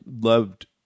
loved